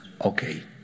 Okay